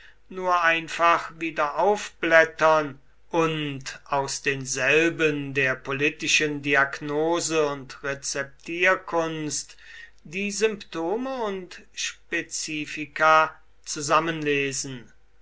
nur einfach wiederaufblättern und aus denselben der politischen diagnose und rezeptierkunst die symptome und spezifika zusammenlesen